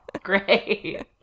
Great